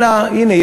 אלא הנה,